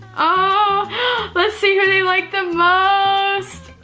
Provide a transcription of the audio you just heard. oh let's see who they like the most. oh,